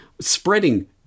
spreading